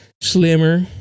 slimmer